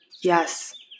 Yes